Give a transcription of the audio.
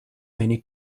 many